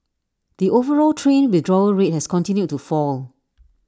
the overall train withdrawal rate has continued to fall